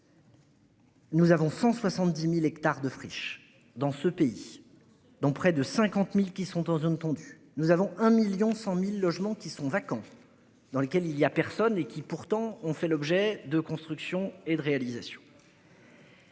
Nous avons 170.000 hectares de friches dans ce pays, dont près de 50.000 qui sont en zone tendue. Nous avons 1.100.000 logements qui sont vacants. Dans lequel il y a personne et qui pourtant ont fait l'objet de construction et de réalisation.